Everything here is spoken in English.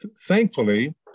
Thankfully